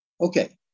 Okay